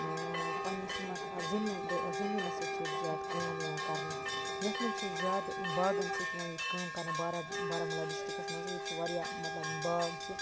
پَننِس یِم اتھ زمیٖن زمیٖنَس سۭتۍ چھِ ییٚتہِ زیادٕ کٲم یِوان کَرنہٕ یتھ مَنٛز چھِ زیادٕ باغَن سۭتۍ یِوان ییٚتہِ کٲم کَرنہٕ بارا بارامُلا ڈِسٹرکَس مَنٛز ییٚتہِ چھُ واریاہ مَطلَب باغ چھُ